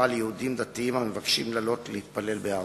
ליהודים דתיים המבקשים לעלות להתפלל בהר-הבית.